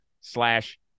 slash